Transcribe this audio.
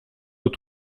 aux